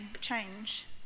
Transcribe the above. change